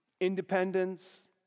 independence